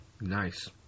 Nice